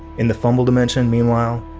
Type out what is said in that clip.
in the fumble dimension, meanwhile,